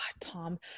Tom